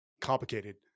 complicated